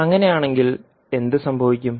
അങ്ങനെയാണെങ്കിൽ എന്ത് സംഭവിക്കും